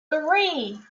three